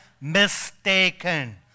mistaken